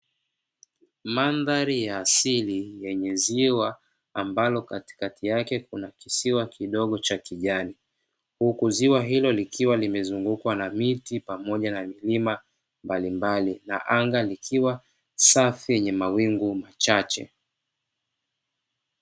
Mandhari ya asili yenye ziwa ambalo katikati yake kuna kisiwa kidogo cha kijani, huku ziwa hilo likiwa limezungukwa na miti pamoja na milima mbalimbali na anga likiwa safi lenye mawingu machache.